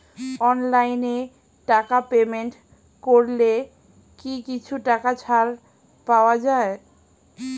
অনলাইনে টাকা পেমেন্ট করলে কি কিছু টাকা ছাড় পাওয়া যায়?